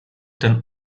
den